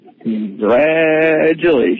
congratulations